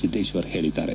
ಸಿದ್ದೇಶ್ವರ್ ಹೇಳಿದ್ದಾರೆ